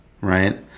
right